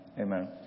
amen